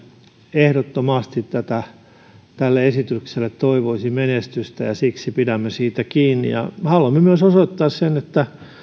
ehdottomasti tälle esitykselle toivoisi menestystä ja siksi pidämme siitä kiinni haluamme myös osoittaa sen että